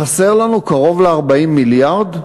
חסר לנו קרוב ל-40 מיליארד.